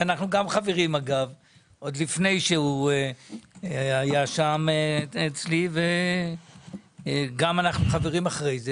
שאנחנו חברים עוד לפני שהוא טיפל בי ואנחנו חברים גם אחרי כן.